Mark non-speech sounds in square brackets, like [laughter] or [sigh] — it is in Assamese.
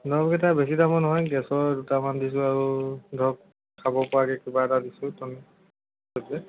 দৰব কেইটা বেছি দামৰ নহয় গেছৰ দুটামান দিছোঁ আৰু ধৰক খাব পৰাকৈ কিবা এটা দিছোঁ [unintelligible]